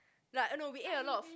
like oh no we ate a lot of